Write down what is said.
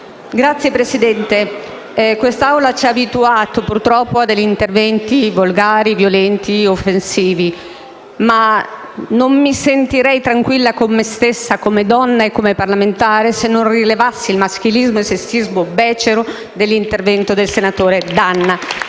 Signor Presidente, quest'Assemblea ci ha abituato, purtroppo, a interventi volgari, violenti, offensivi, ma non mi sentirei tranquilla con me stessa, come donna e come parlamentare, se non rilevassi il maschilismo e il sessismo becero dell'intervento del senatore D'Anna.